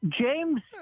James